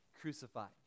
crucified